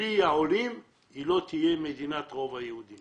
בלי העולים היא לא תהיה מדינת רוב היהודים.